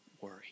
worry